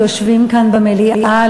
שיושבים כאן במליאה,